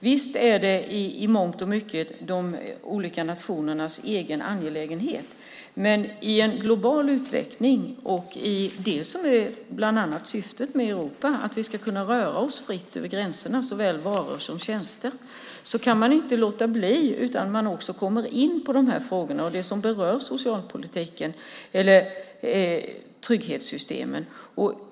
Visst är det i mångt och mycket de olika nationernas egen angelägenhet, men i en global utveckling - syftet med Europa är ju bland annat att vi ska kunna röra oss fritt över gränserna, såväl varor som tjänster - kan man inte låta bli att komma in på dessa frågor och det som rör trygghetssystemen.